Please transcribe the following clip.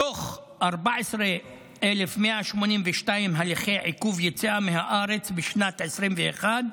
מתוך 14,182 הליכי עיכוב יציאה מהארץ בשנת 2021,